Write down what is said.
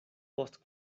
post